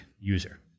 user